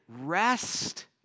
rest